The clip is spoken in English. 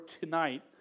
tonight